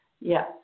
Yes